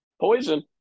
poison